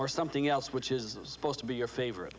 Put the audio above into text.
or something else which is supposed to be your favorite